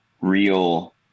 real